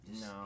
No